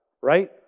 right